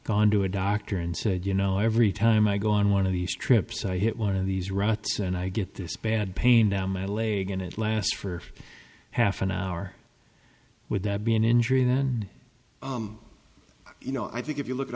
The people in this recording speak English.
gone to a doctor and said you know every time i go on one of these trips i hit one of these ruts and i get this bad pain down my leg and it lasts for half an hour would that be an injury then you know i think if you look at